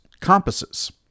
compasses